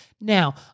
Now